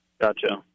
Gotcha